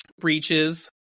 breaches